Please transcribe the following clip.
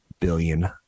billion